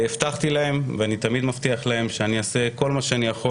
הבטחתי להם ואני תמיד מבטיח להם שאני אעשה כל מה שאני יכול